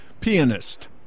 pianist